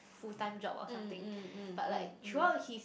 full time job or something but like through out he's